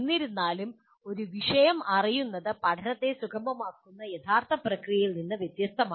എന്നിരുന്നാലും ഒരു വിഷയം അറിയുന്നത് പഠനത്തെ സുഗമമാക്കുന്ന യഥാർത്ഥ പ്രക്രിയയിൽ നിന്ന് വ്യത്യസ്തമാണ്